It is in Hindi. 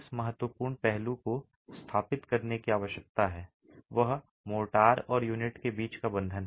जिस महत्वपूर्ण पहलू को स्थापित करने की आवश्यकता है वह मोर्टार और यूनिट के बीच का बंधन है